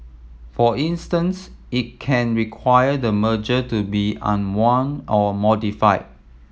for instance it can require the merger to be unwound or modified